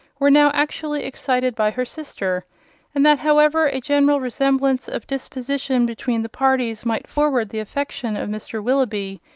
were now actually excited by her sister and that however a general resemblance of disposition between the parties might forward the affection of mr. willoughby,